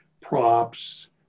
props